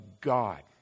God